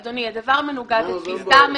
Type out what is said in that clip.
אדוני, הדבר מנוגד ל- -- מקומית.